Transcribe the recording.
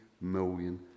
million